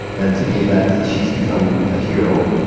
and to me, that she's become a hero,